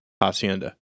Hacienda